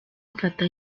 mfata